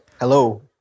Hello